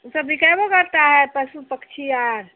यह सब बिकैबो करता है पशु पक्षी और